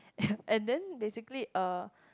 and then basically uh